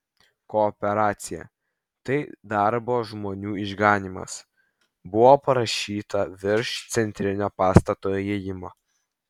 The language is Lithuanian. kooperacija tai darbo žmonių išganymas buvo parašyta virš centrinio pastato įėjimo